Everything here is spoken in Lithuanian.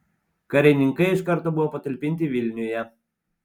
karininkai iš karto buvo patalpinti vilniuje